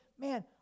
man